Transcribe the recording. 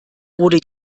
wurde